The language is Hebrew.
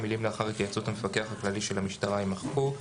המילים "לאחר התייעצות עם המפקח הכללי של המשטרה" יימחקו.